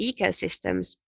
ecosystems